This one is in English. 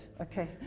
Okay